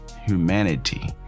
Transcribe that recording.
humanity